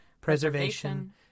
preservation